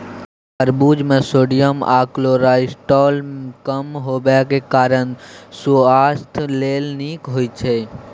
खरबुज मे सोडियम आ कोलेस्ट्रॉल कम हेबाक कारणेँ सुआस्थ लेल नीक होइ छै